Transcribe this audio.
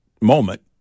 moment